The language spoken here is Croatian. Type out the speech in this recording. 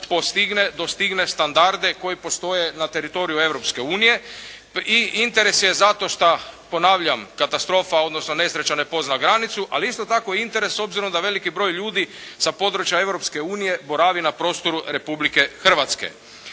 postigne, dostigne standarde koji postoje na teritoriju Europske unije i interes je zato što ponavljam katastrofa, odnosno nesreća ne pozna granicu, ali isto tako interes s obzirom da veliki broj ljudi sa područja Europske unije boravi na prostoru Republike Hrvatske.